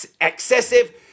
excessive